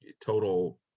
total